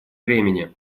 времени